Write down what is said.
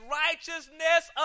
righteousness